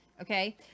okay